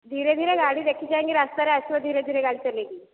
ଧୀରେ ଧୀରେ ଗାଡ଼ି ଦେଖି ଚାହିଁକି ରାସ୍ତାରେ ଆସିବ ଧୀରେ ଧୀରେ ଗାଡ଼ି ଚଲେଇକି